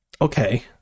Okay